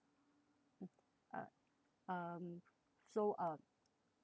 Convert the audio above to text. uh um so uh